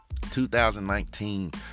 2019